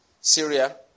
Syria